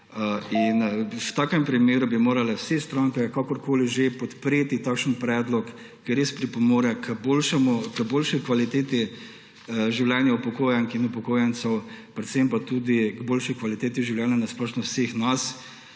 V takem primeru bi morale vse stranke, kakorkoli že, podpreti takšen predlog, ker res pripomore k boljši kvaliteti življenja upokojenk in upokojencev; predvsem pa tudi k boljši kvaliteti življenja na splošno vseh nas.